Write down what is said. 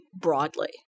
broadly